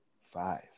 Five